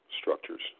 structures